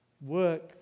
work